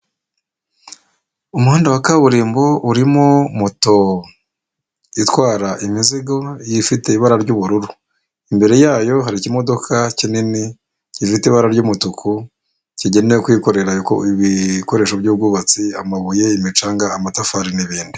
Umuhanda wa kaburimbo urimo moto itwara imizigo ifite ibara ry'ubururu, imbere yayo hari ikimodoka kinini gifite ibara ry'umutuku, kigenewe kwikorera ibikoresho by'ubwubatsi, amabuye, imicanga amatafari n'ibindi.